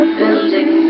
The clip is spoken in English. building